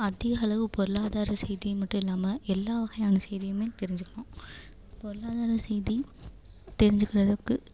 அதிக அளவு பொருளாதார செய்தின்னு மட்டும் இல்லாமல் எல்லா வகையான செய்தியுமே தெரிஞ்சுக்கிணும் பொருளாதார செய்தி தெரிஞ்சுக்கிறதுக்கு